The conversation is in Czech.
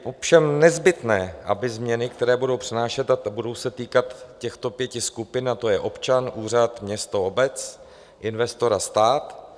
Jsou ovšem nezbytné změny, které budou přinášet a budou se týkat těchto pěti skupin, a to je občan, úřad, město, obec, investor a stát.